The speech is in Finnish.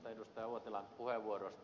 uotilan puheenvuorosta